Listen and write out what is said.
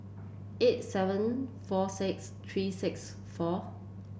eight seven four six three six four